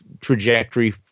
trajectory